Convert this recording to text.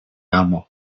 amo